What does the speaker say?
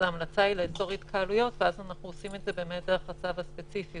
ההמלצה היא לאסור התקהלויות ואנחנו עושים את זה דרך הצו הספציפי.